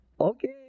okay